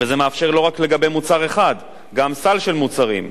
וזה מאפשר לא רק לגבי מוצר אחד, גם סל של מוצרים.